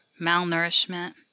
malnourishment